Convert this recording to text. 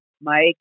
Mike